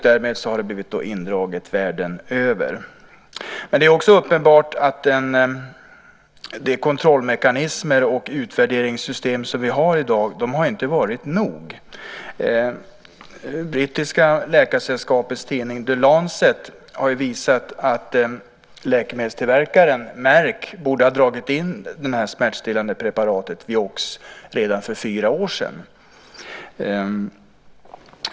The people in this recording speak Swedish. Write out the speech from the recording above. Därmed har det blivit indraget världen över. Det är också uppenbart att det inte har varit nog med de kontrollmekanismer och utvärderingssystem som vi har i dag. Brittiska läkarsällskapets tidning The Lancet har visat att läkemedelstillverkaren Merck borde ha dragit in detta smärtstillande preparat Vioxx redan för fyra år sedan.